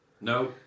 no